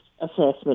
assessment